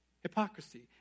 hypocrisy